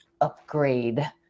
upgrade